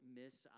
miss